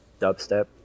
dubstep